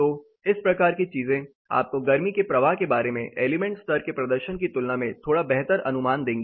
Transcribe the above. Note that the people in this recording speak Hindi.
तो इस प्रकार की चीजें आपको गर्मी के प्रवाह के बारे में एलिमेंट स्तर के प्रदर्शन की तुलना में थोड़ा बेहतर अनुमान देंगी